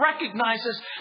recognizes